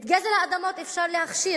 את גזל האדמות אפשר להכשיר,